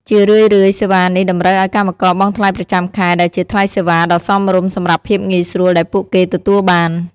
ជារឿយៗសេវានេះតម្រូវឱ្យកម្មករបង់ថ្លៃប្រចាំខែ ដែលជាថ្លៃសេវាដ៏សមរម្យសម្រាប់ភាពងាយស្រួលដែលពួកគេទទួលបាន។